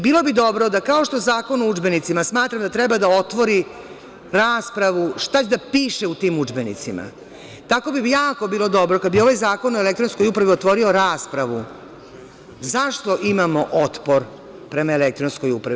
Bilo bi dobro da kao što Zakon o udžbenicima smatra da treba da otvori raspravu šta će da piše u tim udžbenicima, tako bi jako bilo dobro kada bi Zakon o elektronskoj upravi otvorio raspravu zašto imamo otpor prema elektronskoj upravi?